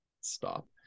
Stop